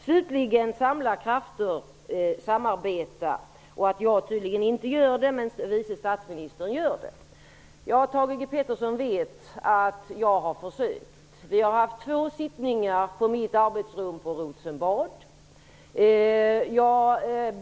Slutligen vill jag kommentera påståendet att jag tydligen inte medverkar till att samla krafter och att samarbeta, men att vice statsministern gör det. Thage G Peterson vet att jag har försökt. Vi har haft två möten på mitt arbetsrum på Rosenbad.